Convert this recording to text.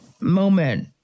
moment